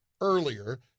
earlier